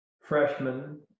freshman